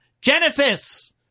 Genesis